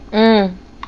mm